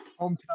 Hometown